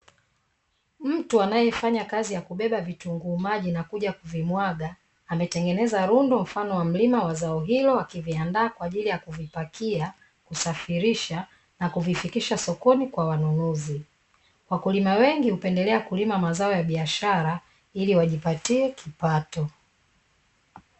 Mtu anafanya kazi ya kubeba vitunguu maji na kuja kuvimwaga, ametengeneza lundo mfano wa mlima wa zao hilo, akiviandaa kwa ajili ya kuvipakia, kusafirisha, na kuvifikisha sokoni kwa wanunuzi. Wakulima wengi hupendelea kulima mazao ya biashara, ili wajipatie kipato.